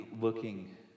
looking